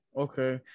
okay